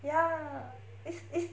ya is is